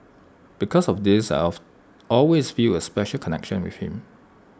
because of this of always feel A special connection with him